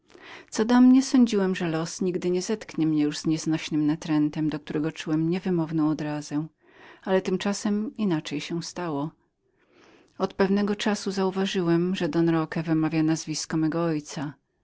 co do mnie sądziłem że los nigdy nie zetknie mnie już z nieznośnym natrętem do którego czułem niewymowną odrazę ale tymczasem inaczej się stało od pewnego czasu kilka razy zauważyłem że don roque wymawiał nazwisko mego ojca